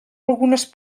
algunes